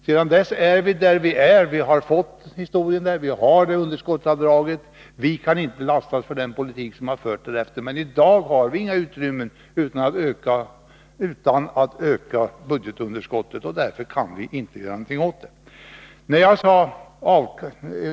Sedan dess är vi där vi är, och vi har nu dessa avdragsbestämmelser. Vi kan inte lastas för den politik som förts tidigare. I dag har vi inget utrymme för att öka detta avdrag utan att öka budgetunderskottet. Därför kan vi inte göra någonting åt detta avdrag.